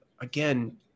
again